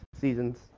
seasons